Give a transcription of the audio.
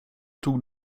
tog